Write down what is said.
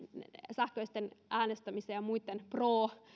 sähköisten äänestämisten ja muitten pro